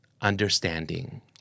understanding